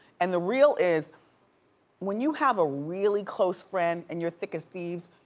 and the real is when you have a really close friend and you're thick as thieves,